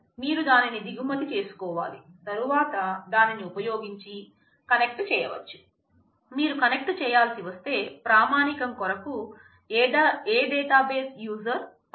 మీరు దానిని దిగుమతి ఏమిటి తెలియచేయాలి